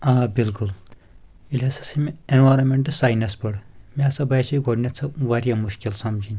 آ بِلکُل ییٚلہِ ہَسا سہَ مےٚ ایٚنوَرَمینٹہٕ ساینس پوٚر مےٚ ہسا باسے گۄڈنیٚتھ واریاہ مُشکِل سَمجِن